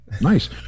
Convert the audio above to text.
nice